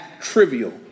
trivial